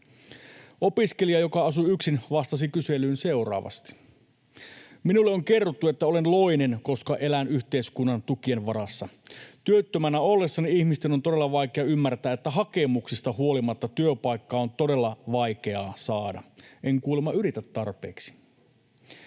Opiskelija, joka asuu yksin, vastasi kyselyyn seuraavasti: ”Minulle on kerrottu, että olen loinen, koska elän yhteiskunnan tukien varassa. Työttömänä ollessani ihmisten on todella vaikeaa ymmärtää, että hakemuksista huolimatta työpaikkaa on todella vaikeaa saada. En kuulemma yritä tarpeeksi.”